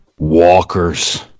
walkers